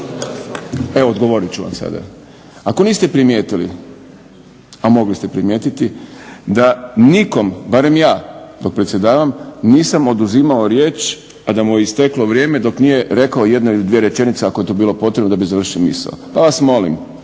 Evo odgovorit ću vam sada. Ako niste primijetili, a mogli ste primijetiti da nikom, barem ja dok predsjedavam nisam oduzimao riječ a da mu je isteklo vrijeme dok nije rekao jednu ili dvije rečenice ako je to bilo potrebno da bi završio misao. Pa vas molim,